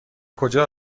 کجا